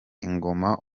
ingoma